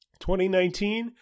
2019